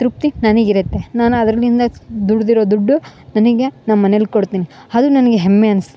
ತೃಪ್ತಿ ನನಗ್ ಇರತ್ತೆ ನಾನು ಅದ್ರ್ಲಿಂದ ದುಡ್ದಿರೋ ದುಡ್ಡು ನನಗೆ ನಮ್ಮ ಮನೇಲಿ ಕೊಡ್ತೀನಿ ಅದು ನನಗೆ ಹೆಮ್ಮೆ ಅನ್ಸತ್ತೆ